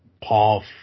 Paul